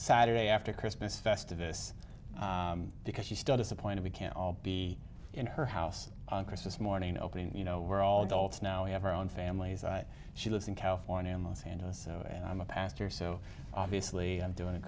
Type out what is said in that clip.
saturday after christmas festival this because she studies a point we can all be in her house on christmas morning opening you know we're all adults now we have our own families i she lives in california in los angeles and i'm a pastor so obviously i'm doing